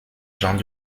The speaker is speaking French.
gens